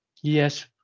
yes